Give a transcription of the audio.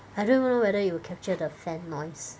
I don't even know whether it will capture the fan noise